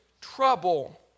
trouble